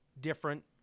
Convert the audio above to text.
different